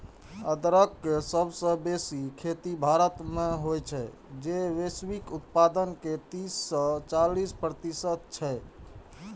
अदरक के सबसं बेसी खेती भारत मे होइ छै, जे वैश्विक उत्पादन के तीस सं चालीस प्रतिशत छै